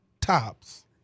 Tops